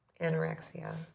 anorexia